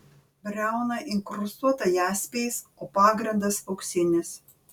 briauna inkrustuota jaspiais o pagrindas auksinis